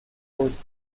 ose